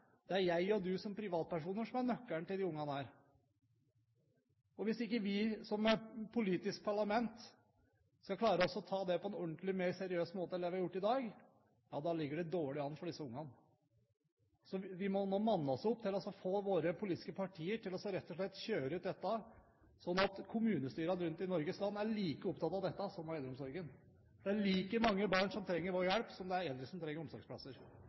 det er jeg og du som privatpersoner som er nøkkelen til disse barna. Og hvis ikke vi som politikere skal klare å ta den debatten på en mer ordentlig og seriøs måte enn det vi har gjort i dag, da ligger disse barna dårlig an. Vi må nå manne oss opp til å få våre politiske partier til rett og slett å kjøre fram dette, sånn at kommunestyrene rundt om i Norges land er like opptatt av det som av eldreomsorgen. Det er like mange barn som trenger vår hjelp som det er eldre som trenger omsorgsplasser.